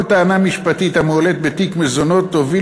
כל טענה משפטית המועלית בתיק מזונות תוביל